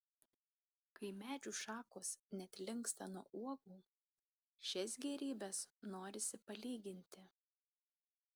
kai medžių šakos net linksta nuo uogų šias gėrybes norisi palyginti